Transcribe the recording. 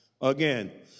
again